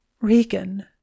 Regan